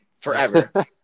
forever